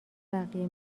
بقیه